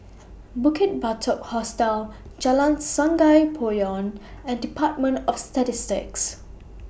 Bukit Batok Hostel Jalan Sungei Poyan and department of Statistics